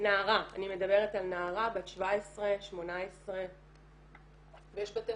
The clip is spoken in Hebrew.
אני מדברת על נערה בת 18-17. ויש בתי